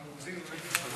מיכל רוזין.